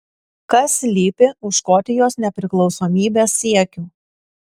kas slypi už škotijos nepriklausomybės siekių